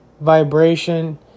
vibration